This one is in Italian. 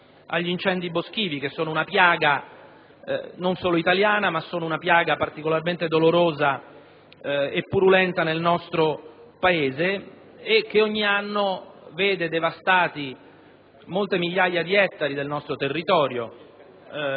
agli incendi boschivi, che sono una piaga non solo italiana - ma nel nostro Paese particolarmente dolorosa e purulenta - che ogni anno vede devastati molte migliaia di ettari del nostro territorio